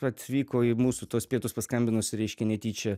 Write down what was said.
atvyko į mūsų tuos pietus paskambinusi reiškia netyčia